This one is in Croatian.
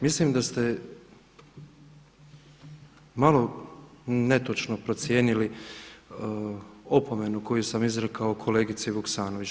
Mislim da ste malo netočno procijenili opomenu koju sam izrekao kolegici Vuksanović.